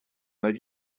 avis